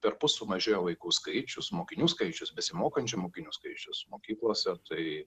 perpus sumažėjo vaikų skaičius mokinių skaičius besimokančių mokinių skaičius mokyklose tai